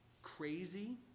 Crazy